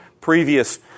previous